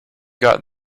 got